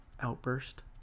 outburst